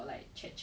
ya